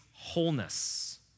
Wholeness